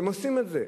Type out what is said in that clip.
והם עושים את זה,